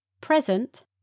present